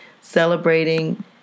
celebrating